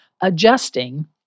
adjusting